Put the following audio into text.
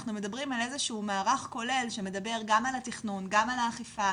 אנחנו מדברים על איזה שהוא מערך כולל שמדבר גם על התכנון גם על האכיפה,